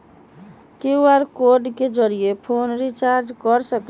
QR code के जरिय phone recharge कर सकली ह?